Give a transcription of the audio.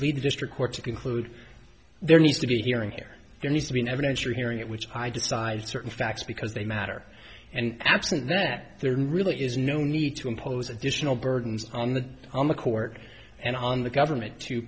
lead the district court to conclude there needs to be hearing here there needs to be an evidentiary hearing it which i i decide certain facts because they matter and absent that there really is no need to impose additional burdens on the on the court and on the government to